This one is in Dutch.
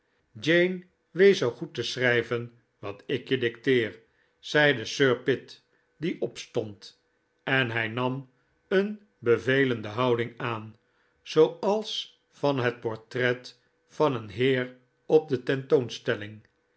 jane wees zoo goed te schrijven wat ik je dicteer zeide sir pitt die opstond en hij nam een bevelende houding aan zooals van het portret van een heer op de tentoonstelling